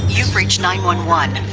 you've reached nine one one.